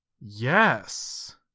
Yes